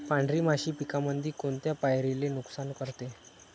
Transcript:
पांढरी माशी पिकामंदी कोनत्या पायरीले नुकसान करते?